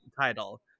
title